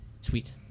Sweet